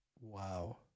Wow